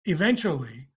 eventually